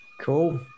cool